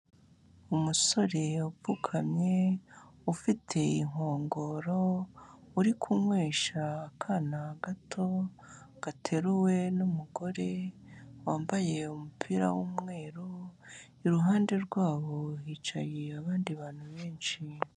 Umusore upfukamye ufite inkongoro urikunywesha akana gato gateruwe n'umugore wambaye umupira w'umweru. Iruhande rwabo hicaye abandi bantu benshi.